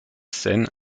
seine